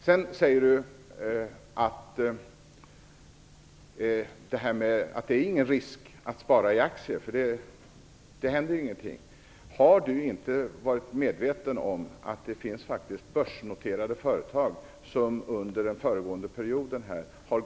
Per Rosengren säger att det inte är riskfyllt att spara i aktier därför att det inte händer någonting. Är han inte medveten om att börsnoterade företag faktiskt gick i konkurs under den föregående mandatperioden?